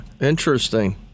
Interesting